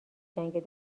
جنگ